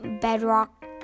bedrock